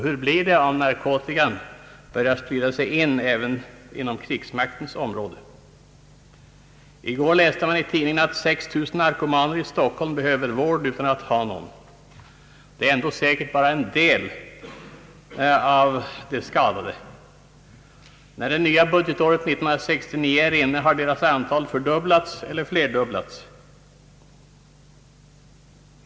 Hur går det om narkotikan sprider sig även inom krigsmakten? I går läste man i tidningarna att 6 000 narkomaner i Stockholm behöver vård utan att ha någon. Det är ändå säkert bara en del av de skadade. När det nya budgetåret 1969 är inne har deras antal fördubblats eller flerdubblats.